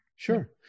Sure